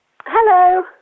hello